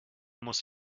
muss